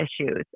issues